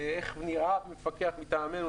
איך נראה מפקח מטעמנו.